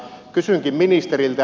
kysynkin ministeriltä